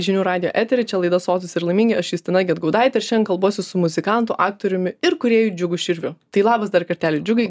žinių radijo etery čia laida sotūs ir laimingi aš justina gedgaudaitė ir šiandien kalbuosi su muzikantu aktoriumi ir kūrėju džiugu širviu tai labas dar kartelį džiugiai